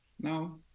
Now